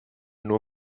nur